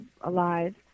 alive